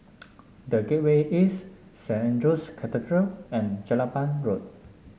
The Gateway East Saint Andrew's Cathedral and Jelapang Road